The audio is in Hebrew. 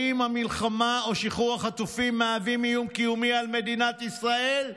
האם המלחמה או שחרור החטופים מהווים איום קיומי על מדינת ישראל?